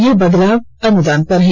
ये बदलाव अनुदान पर हैं